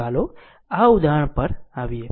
ચાલો આ ઉદાહરણ પર આવીએ